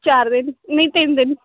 ਚਾਰ ਦਿਨ ਨਹੀਂ ਤਿੰਨ ਦਿਨ